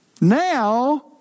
now